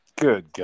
Good